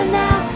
now